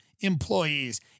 employees